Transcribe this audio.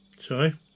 Sorry